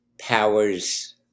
powers